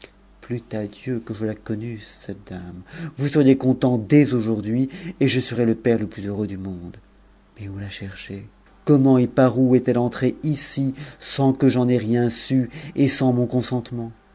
ût à dieu que je la connusse cette dame vous seriez content dès jiui et je serais le père le plus heureux du monde mais où la cher comment et par où est-elle entrée ici sans que j'en aie rien su et consentement